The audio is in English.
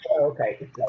okay